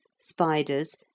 spiders